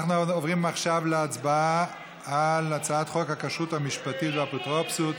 אנחנו עוברים עכשיו להצבעה על הצעת חוק הכשרות המשפטית והאפוטרופסות.